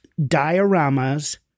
dioramas